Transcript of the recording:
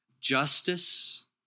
justice